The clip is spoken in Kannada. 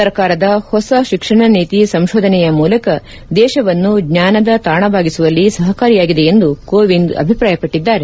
ಸರ್ಕಾರದ ಪೊಸ ಶಿಕ್ಷಣ ನೀತಿ ಸಂಶೋಧನೆಯ ಮೂಲಕ ದೇಶವನ್ನು ಜ್ವಾನದ ತಾಣವಾಗಿಸುವಲ್ಲಿ ಸಪಕಾರಿಯಾಗಿದೆ ಎಂದು ಕೋವಿಂದ್ ಅಭಿಪ್ರಾಯಪಟ್ಟಿದ್ದಾರೆ